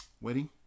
wedding